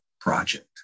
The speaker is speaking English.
project